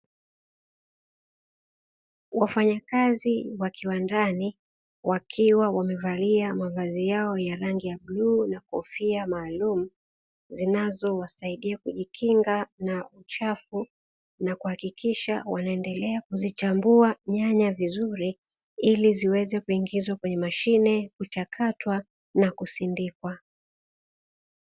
wafanyakazi wa kiwandani wakiwa wamevalia mavazi yao ya rangi ya bluu na kofia maalumu, zinazowasaidia kujikinga na uchafu na kuhakikisha wanaendelea kuzichambua nyanya vizuri; ili ziweze kuziingizwa kwenye mashine, kuchakatwa na kusindikwa.